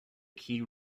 key